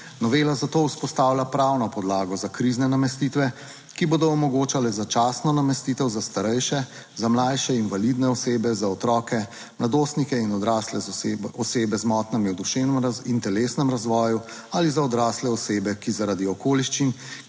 Novela za to vzpostavlja pravno podlago za krizne namestitve, ki bodo omogočale začasno namestitev za starejše, za mlajše, invalidne osebe, za otroke, mladostnike in odrasle osebe z motnjami v duševnem in telesnem razvoju ali za odrasle osebe, ki zaradi okoliščin,